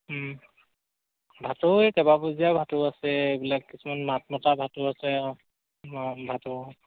ভাটৌ এই কেইবা পৰ্যায়ৰ ভাটৌ আছে এইবিলাক কিছুমান মাতমতা ভাটো আছে ভাটৌ